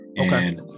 Okay